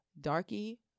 darky